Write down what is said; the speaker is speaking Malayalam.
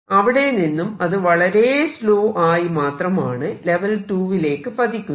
അവിടെ നിന്നും അത് വളരെ സാവധാനം മാത്രമാണ് ലെവൽ 2 ലേക്കു പതിക്കുന്നത്